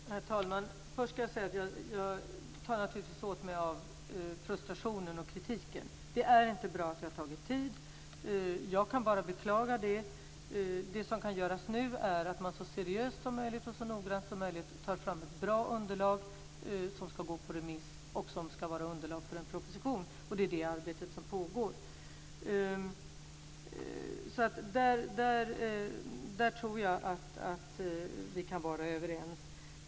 Herr talman! Först vill jag säga att jag naturligtvis tar åt mig av frustrationen och kritiken. Det är inte bra att det har tagit tid. Jag kan bara beklaga det. Det som nu kan göras är att man så seriöst och noggrant som möjligt tar fram ett bra underlag som ska gå på remiss och vara underlag för en proposition, och det är det arbetet som pågår. Där tror jag att vi kan vara överens.